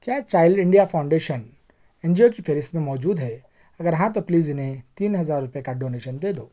کیا child India foundation N G O کی فہرست میں موجود ہے اگر ہاں تو پلیز اِنھیں تین ہزار روپے کا ڈونیشن دے دو